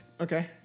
Okay